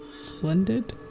splendid